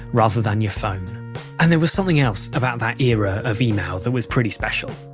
rather than your phone and there was something else about that era of email that was pretty special.